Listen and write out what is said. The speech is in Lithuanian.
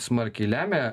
smarkiai lemia